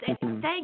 thank